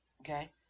okay